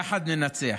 יחד ננצח.